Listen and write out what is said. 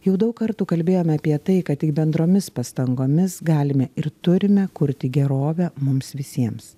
jau daug kartų kalbėjome apie tai kad tik bendromis pastangomis galime ir turime kurti gerovę mums visiems